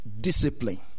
discipline